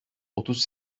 otuz